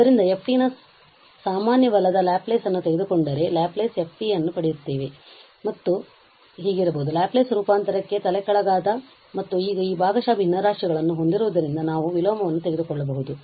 ಆದ್ದರಿಂದ f ನ ಸಾಮಾನ್ಯವಾದ ಲ್ಯಾಪ್ಲೇಸ್ ಅನ್ನು ತೆಗೆದುಕೊಂಡರೆ ನಾವು ಲ್ಯಾಪ್ಲೇಸ್ f ಅನ್ನು ಪಡೆಯುತ್ತೇವೆ ಇದು ಮತ್ತೆ ಹೀಗಿರಬಹುದು ಲ್ಯಾಪ್ಲೇಸ್ ರೂಪಾಂತರಕ್ಕೆ ತಲೆಕೆಳಗಾದ ಮತ್ತು ಈಗ ಈ ಭಾಗಶಃ ಭಿನ್ನರಾಶಿಗಳನ್ನು ಹೊಂದಿರುವುದರಿಂದ ನಾವು ವಿಲೋಮವನ್ನು ತೆಗೆದುಕೊಳ್ಳಬಹುದು